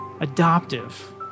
adoptive